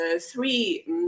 three